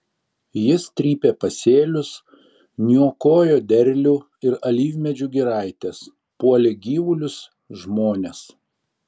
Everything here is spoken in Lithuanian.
jis trypė pasėlius niokojo derlių ir alyvmedžių giraites puolė gyvulius žmones